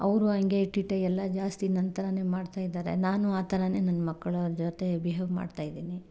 ಅವರು ಹಂಗೆ ಇಟ್ಟಿಟ್ಟೆ ಎಲ್ಲ ಜಾಸ್ತಿ ನನ್ನ ಥರವೇ ಮಾಡ್ತಾ ಇದ್ದಾರೆ ನಾನು ಆ ಥರಾವೇ ನನ್ನ ಮಕ್ಳ ಜೊತೆ ಬಿಹೇವ್ ಮಾಡ್ತಾ ಇದ್ದೀನಿ